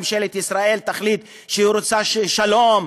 ממשלת ישראל תחליט שהיא רוצה שלום,